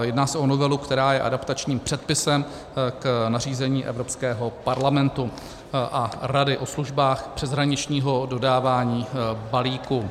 Jedná se o novelu, která je adaptačním předpisem k nařízení Evropského parlamentu a Rady o službách přeshraničního dodávání balíků.